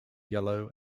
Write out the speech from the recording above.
yellow